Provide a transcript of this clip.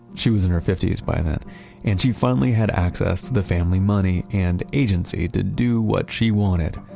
she was in her fifties by then and she finally had access to the family money and agency to do what she wanted.